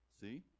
see